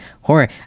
horror